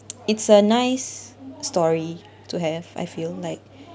it's a nice story to have I feel like